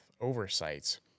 Oversights